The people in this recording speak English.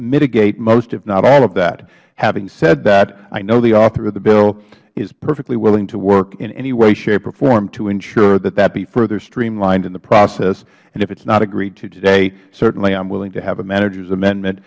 mitigate most if not all of that having said that i know the author of the bill is perfectly willing to work in any way shape or form to ensure that that be further streamlined in the process and if it is not agreed to today certainly i am willing to have a managers amendment